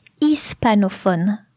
Hispanophone